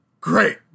great